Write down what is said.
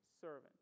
Servant